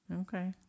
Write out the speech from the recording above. Okay